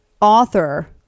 author